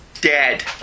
dead